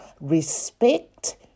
respect